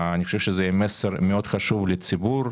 אני חושב שזה מסר מאוד חשוב לציבור,